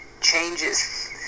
changes